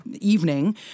evening